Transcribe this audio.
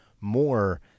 more